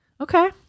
Okay